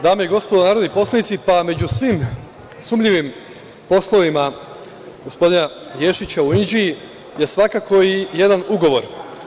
Dame i gospodo narodni poslanici, među svim sumnjivim poslovima gospodina Ješića u Inđiji je svakako i jedan ugovor.